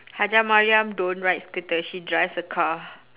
hajjah mariam don't ride scooter she drives a car